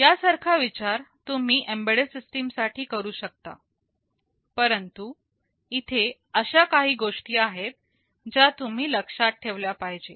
यासारखा विचार तुम्ही एम्बेड्डेड सिस्टीम साठी करू शकता परंतु इथे अशा काही गोष्टी आहेत ज्या तुम्ही लक्षात ठेवल्या पाहिजे